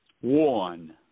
One